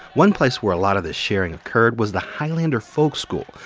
one place where a lot of this sharing occurred was the highlander folk school,